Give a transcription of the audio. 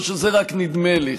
או שזה רק נדמה לי,